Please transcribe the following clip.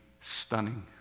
stunning